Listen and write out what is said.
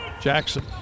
Jackson